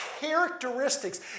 characteristics